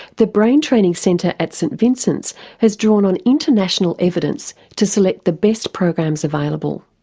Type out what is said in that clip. the brain training centre at st vincent's has drawn on international evidence to select the best programs available.